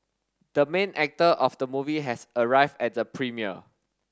the main actor of the movie has arrived at the premiere